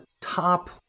top